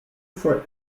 for